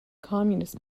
communist